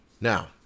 now